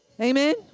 Amen